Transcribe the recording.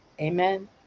Amen